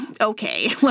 okay